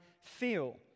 feel